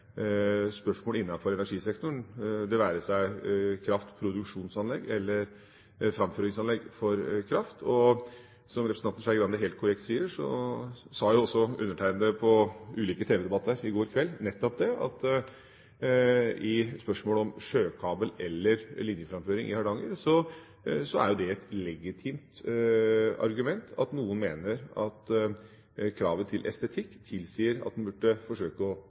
spørsmål innafor energisektoren – det være seg kraftproduksjonsanlegg eller framføringsanlegg for kraft. Som representanten Skei Grande helt korrekt sier, sa jeg jo også på ulike tv-debatter i går kveld nettopp det at i spørsmålet om sjøkabel eller linjeframføring i Hardanger er det et legitimt argument når noen mener at kravet til estetikk tilsier at en burde forsøke å